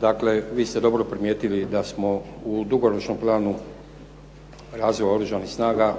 Dakle, vi ste dobro primijetili da smo u dugoročnom planu razvoja Oružanih snaga